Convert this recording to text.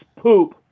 poop